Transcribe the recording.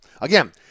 Again